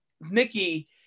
Mickey